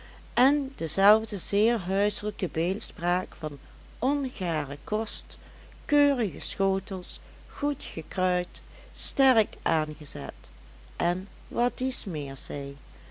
en dezelfde zeer huiselijke beeldspraak van ongare kost keurige schotels goed gekruid sterk aangezet en wat dies meer zij